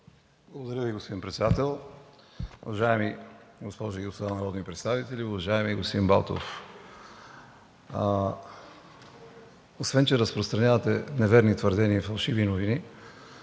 Благодаря Ви, господин Председател. Уважаеми госпожи и господа народни представители! Уважаеми господин Балтов, освен че разпространявате неверни твърдения и фалшиви новини,